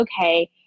okay